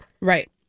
right